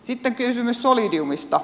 sitten kysymys solidiumista